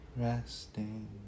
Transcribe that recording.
Resting